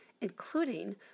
including